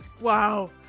wow